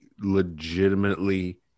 legitimately